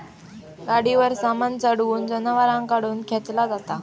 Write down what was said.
गाडीवर सामान चढवून जनावरांकडून खेंचला जाता